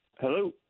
Hello